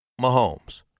Mahomes